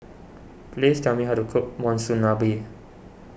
please tell me how to cook Monsunabe